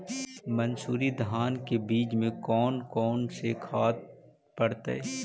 मंसूरी धान के बीज में कौन कौन से खाद पड़तै?